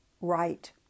right